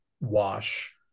wash